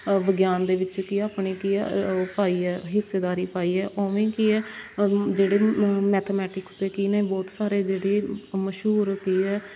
ਵਿਗਿਆਨ ਦੇ ਵਿੱਚ ਕੀ ਹੈ ਆਪਣੀ ਕੀ ਹੈ ਉਹ ਪਾਈ ਹੈ ਹਿੱਸੇਦਾਰੀ ਪਾਈ ਹੈ ਉਵੇਂ ਕੀ ਹੈ ਜਿਹੜੇ ਮੈਥਮੈਟਿਕਸ ਦੇ ਕੀ ਨੇ ਬਹੁਤ ਸਾਰੇ ਜਿਹੜੇ ਮਸ਼ਹੂਰ ਕੀ ਹੈ